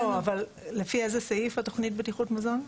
לא, אבל לפי איזה סעיף תוכנית בטיחות מזון?